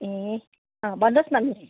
ए भन्नु होस् न मिस